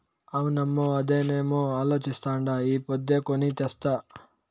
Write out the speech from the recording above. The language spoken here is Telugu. అవునమ్మో, అదేనేమో అలోచిస్తాండా ఈ పొద్దే కొని తెస్తా